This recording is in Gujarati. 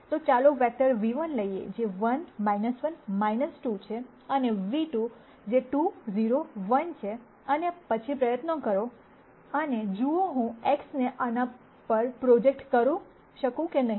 તો ચાલો વેક્ટર ν ₁ લઇએ જે 1 1 2 છે અને ν₂ જે 2 0 1 છે અને પછી પ્રયત્ન કરો અને જુઓ હું X ને આના પર પ્રોજેક્ટ કરી શકું કે નહિ